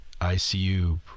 ICU